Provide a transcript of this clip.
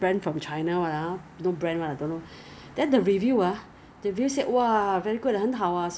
拗上来你的你的 furniture then insert the 四个轮子 at the four corners of 那种